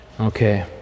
Okay